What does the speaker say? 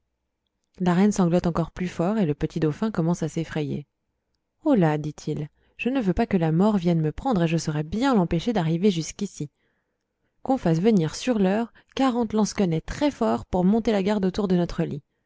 la reine sanglote encore plus fort et le petit dauphin commence à s'effrayer holà dit-il je ne veux pas que la mort vienne me prendre et je saurai bien l'empêcher d'arriver jusqu'ici qu'on fasse venir sur l'heure quarante lansquenets très forts pour monter la garde autour de notre lit